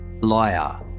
liar